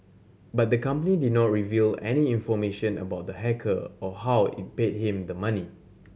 but the company did not reveal any information about the hacker or how it paid him the money